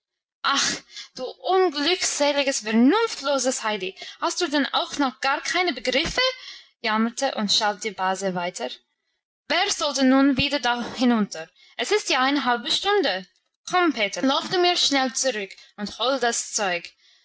du unglückseliges vernunftloses heidi hast du denn auch noch gar keine begriffe jammerte und schalt die base weiter wer sollte nun wieder da hinunter es ist ja eine halbe stunde komm peter lauf du mir schnell zurück und hol das zeug